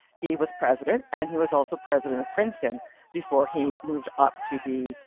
he was president, and he was also president of princeton before he moved up to be,